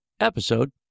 episode